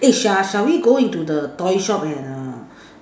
eh shall shall we go into the toy shop and err